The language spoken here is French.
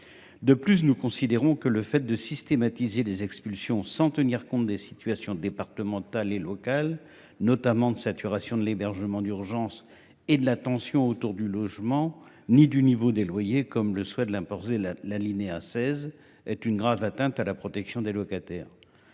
De plus, nous considérons que le fait de systématiser les expulsions sans tenir compte des situations départementales et locales notamment de saturation de l'hébergement d'urgence et de la tension autour du logement ni du niveau des loyers comme le souhait de l'imposer la l'alinéa 16 est une grave atteinte à la protection des locataires.